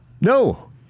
No